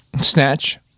Snatch